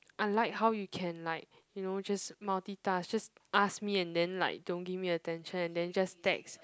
unlike how you can like you know just multitask just ask me and then like don't give me attention and then just text